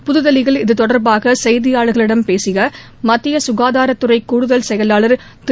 புதுதில்லியில் இது தொடர்பாக செய்தியாளர்களிடம் பேசிய மத்திய சுகாதாரத்துறை கூடுதல் செயலாளர் திரு